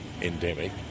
endemic